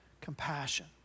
compassion